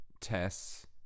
Tess